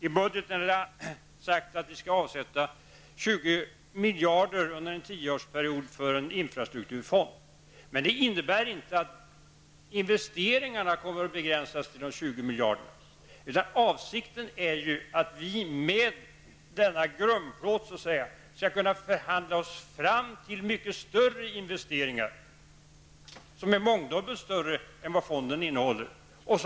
I budgeten är det sagt att det under en 10-årsperiod skall avsättas 20 miljarder kronor för en infrastrukturfond. Detta innebär dock inte att investeringarna kommer att begränsas till 20 miljarder kronor, utan avsikten är att vi med denna grundplåt skall kunna förhandla oss fram till investeringar som är mångdubbelt större än det belopp som fonden innehåller.